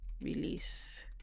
Release